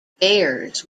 bears